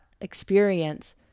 experience